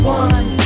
one